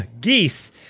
Geese